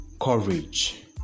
courage